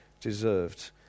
deserved